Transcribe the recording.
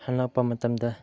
ꯍꯜꯂꯛꯄ ꯃꯇꯝꯗ